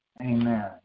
Amen